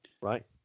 right